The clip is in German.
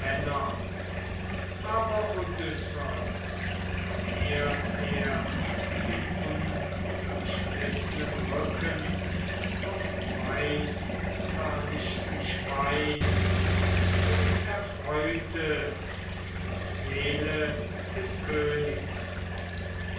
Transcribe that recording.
aber odysseus verehrt er den unzerschnittenen rücken vom weißzahnichten schwein und erfreute die seele des königs